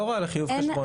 לא הוראה לחיוב חשבון,